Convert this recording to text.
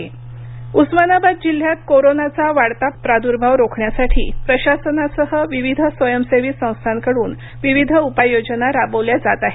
Osmanabad covid Osmanabad जिल्ह्यात कोरोनाचा वाढता प्रादुर्भाव रोखण्यासाठी प्रशासनासह विविध स्वयंसेवी संस्थांकडून विविध उपाययोजना राबवल्या जात आहेत